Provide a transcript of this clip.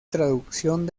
traducción